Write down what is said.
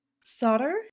Solder